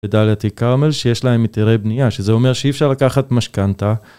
ודריאטי קרמל שיש להם היתרי בנייה, שזה אומר שאי אפשר לקחת משכנתא.